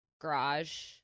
Garage